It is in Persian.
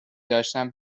داشتن